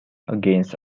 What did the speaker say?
against